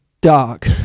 dark